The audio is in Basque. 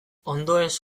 ondoez